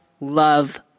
love